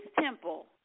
temple